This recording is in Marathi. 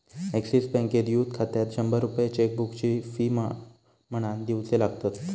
एक्सिस बँकेत युथ खात्यात शंभर रुपये चेकबुकची फी म्हणान दिवचे लागतत